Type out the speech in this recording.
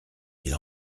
qu’il